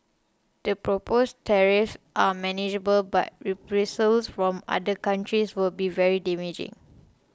the proposed tariffs are manageable but reprisals from other countries would be very damaging